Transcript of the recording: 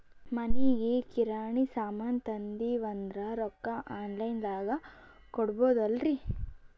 ಮನಿಗಿ ಕಿರಾಣಿ ಸಾಮಾನ ತಂದಿವಂದ್ರ ರೊಕ್ಕ ಆನ್ ಲೈನ್ ದಾಗ ಕೊಡ್ಬೋದಲ್ರಿ?